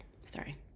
sorry